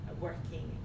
working